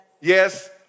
yes